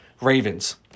Ravens